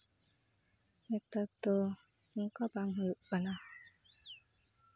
ᱱᱮᱛᱟᱨ ᱫᱚ ᱚᱱᱠᱟ ᱵᱟᱝ ᱦᱩᱭᱩᱜ ᱠᱟᱱᱟ